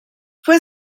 fue